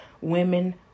Women